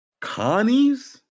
Connie's